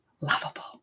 lovable